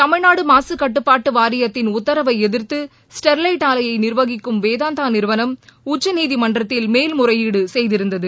தமிழ் நாடு மாகக்காட்டுபாட்டு வாரியத்தின் உத்தரவை எதிர்த்து ஸ்டெர்வைட் ஆலையை நிர்வகிக்கும் வேதாந்தா நிறுவனம் உச்சநீதிமன்றத்தில் முறையீடு செய்திருந்தது